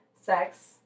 sex